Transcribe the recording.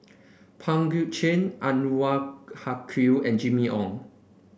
Pang Guek Cheng Anwarul Haque and Jimmy Ong